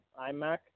IMAC